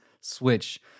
switch